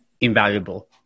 invaluable